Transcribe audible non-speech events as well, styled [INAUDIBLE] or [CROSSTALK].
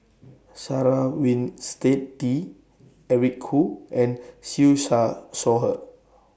Sarah Winstedt Eric Khoo and Siew Shaw [UNINTELLIGIBLE] Her